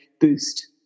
boost